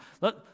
let